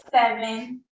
Seven